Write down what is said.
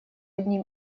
одним